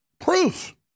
proof